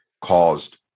caused